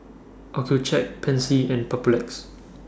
Accucheck Pansy and Papulex